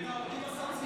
של העובדים הסוציאליים.